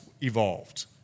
evolved